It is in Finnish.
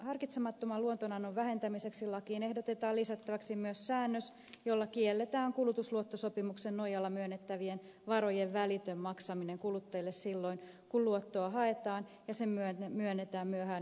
harkitsemattoman luotonannon vähentämiseksi lakiin ehdotetaan lisättäväksi myös säännös jolla kielletään kulutusluottosopimuksen nojalla myönnettävien varojen välitön maksaminen kuluttajalle silloin kun luottoa haetaan ja se myönnetään myöhään illalla ja yöllä